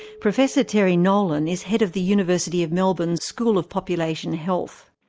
professor terry nolan is head of the university of melbourne's school of population health.